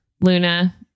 Luna